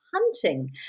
hunting